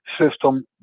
system